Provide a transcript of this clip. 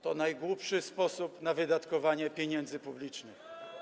To najgłupszy sposób na wydatkowanie pieniędzy publicznych.